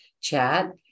chat